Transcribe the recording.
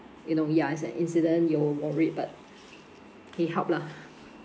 you know ya it's an incident you're over it but he helped lah